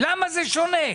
למה זה שונה?